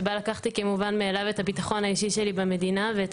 שבה לקחתי כמובן מאליו את הביטחון האישי שלי במדינה ואת